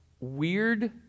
weird